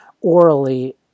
orally